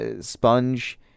Sponge